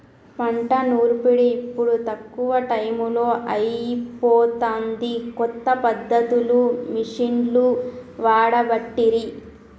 పంట నూర్పిడి ఇప్పుడు తక్కువ టైములో అయిపోతాంది, కొత్త పద్ధతులు మిషిండ్లు వాడబట్టిరి